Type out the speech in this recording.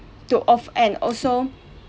to off~ and also